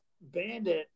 Bandit